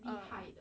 uh